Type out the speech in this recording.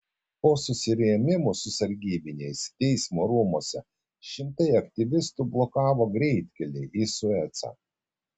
po susirėmimų su sargybiniais teismo rūmuose šimtai aktyvistų blokavo greitkelį į suecą